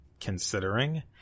considering